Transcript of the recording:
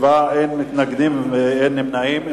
27, אין מתנגדים ואין נמנעים.